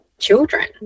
children